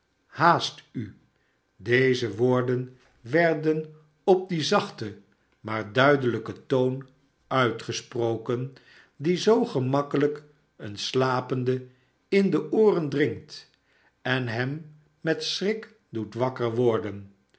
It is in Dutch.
haast u deze woorden werden op dien zachten maar duidelijken toon uitgesproken die zoo gemakkelijk een slapende in de ooren dringt en hem met schrik doet wakker worden